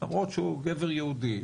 למרות שהוא גבר יהודי,